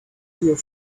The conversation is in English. here